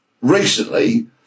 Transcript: recently